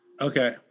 Okay